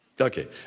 Okay